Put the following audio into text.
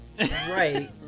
Right